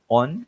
on